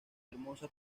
hermosa